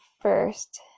First